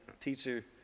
teacher